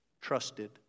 trusted